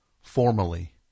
formally